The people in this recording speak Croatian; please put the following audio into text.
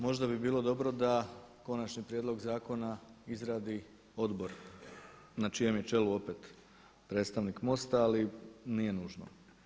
Možda bi bilo dobro da konačni prijedlog zakona izradi odbor na čijem je čelu opet predstavnik MOST-a ali nije nužno.